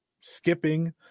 skipping